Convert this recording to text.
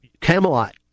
Camelot